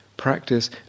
practice